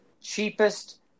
cheapest